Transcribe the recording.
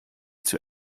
zur